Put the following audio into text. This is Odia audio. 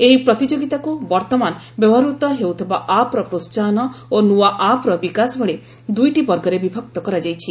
ଏହି ପ୍ରତିଯୋଗିତାକୁ ବର୍ତ୍ତମାନ ବ୍ୟବହୃତ ହେଉଥିବା ଆପ୍ର ପ୍ରୋହାହନ ଓ ନ୍ନଆ ଆପ୍ର ବିକାଶ ଭଳି ଦୁଇଟି ବର୍ଗରେ ବିଭକ୍ତ କରାଯାଇଛି